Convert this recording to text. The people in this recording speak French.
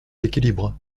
l’équilibre